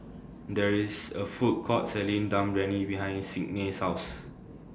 There IS A Food Court Selling Dum behind Signe's House